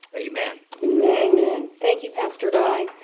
amen? amen. and thank you pastor dye.